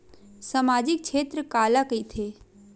सामजिक क्षेत्र काला कइथे?